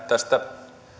tästä